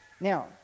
Now